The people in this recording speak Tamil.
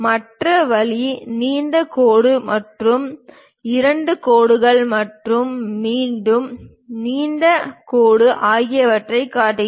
மற்ற வழி நீண்ட கோடு மற்றும் இரண்டு கோடுகள் மற்றும் மீண்டும் நீண்ட கோடு ஆகியவற்றைக் காட்டுகிறது